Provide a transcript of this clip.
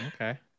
Okay